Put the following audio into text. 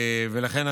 לכן,